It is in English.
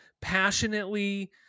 passionately